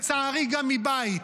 לצערי, גם מבית.